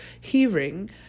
hearing